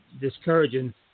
discouraging